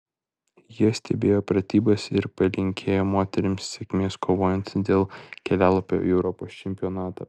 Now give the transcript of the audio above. jie stebėjo pratybas ir palinkėjo moterims sėkmės kovojant dėl kelialapio į europos čempionatą